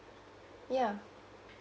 ya